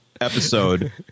episode